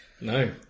no